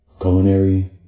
culinary